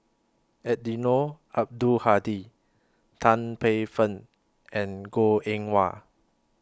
Eddino Abdul Hadi Tan Paey Fern and Goh Eng Wah